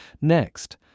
Next